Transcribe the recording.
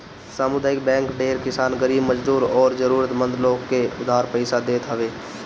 सामुदायिक बैंक ढेर किसान, गरीब मजदूर अउरी जरुरत मंद लोग के उधार पईसा देत हवे